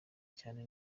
cyane